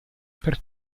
per